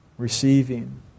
receiving